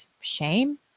shame